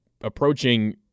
approaching